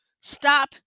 Stop